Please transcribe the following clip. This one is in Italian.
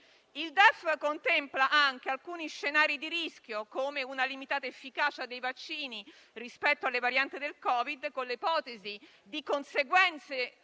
Il DEF contempla anche alcuni scenari di rischio, come una limitata efficacia dei vaccini rispetto alle varianti del Covid, con le ipotesi di conseguenti